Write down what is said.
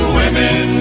women